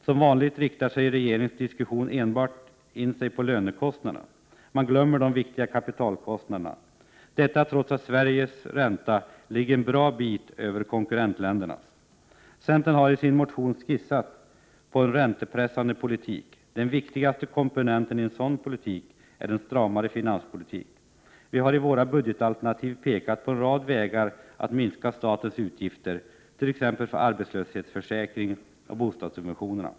Som vanligt riktar regringens diskussion enbart in sig på lönekostnaderna. Man glömmer de viktiga kapitalkostnaderna. Detta trots att Sveriges ränta ligger en bra bit över konkurrentländernas. Centern har i sin motion skissat på en räntepressande politik. Den viktigaste komponenten i en sådan politik är en stramare finanspolitik. Vi har i våra budgetalternativ pekat på en rad vägar att minska statens utgifter, t.ex. för arbetslöshetsförsäkringen och bostadssubventionerna.